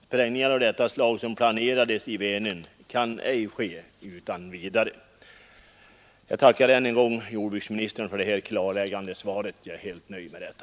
Sprängningar av det slag som planerades i Vänern kan ej ske utan vidare. Jag tackar än en gång jordbruksministern för det klarläggande svaret på min interpellation. Jag är helt nöjd med detta.